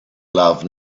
love